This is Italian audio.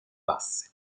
basse